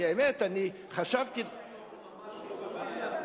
שר החינוך ממש לא בבעיה,